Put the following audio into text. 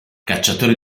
cacciatore